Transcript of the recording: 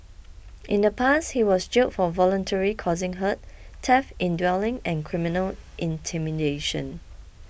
in the past he was jailed for voluntarily causing hurt theft in dwelling and criminal intimidation